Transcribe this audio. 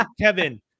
kevin